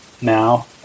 now